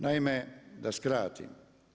Naime, da skratim.